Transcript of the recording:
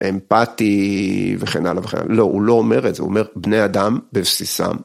אמפטי וכן הלאה וכן הלאה, לא הוא לא אומר את זה, הוא אומר בני אדם בבסיסם.